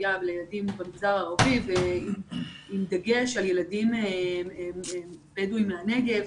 הנוגע לילדים במגזר הערבי ועם דגש על ילדים בדואים מהנגב,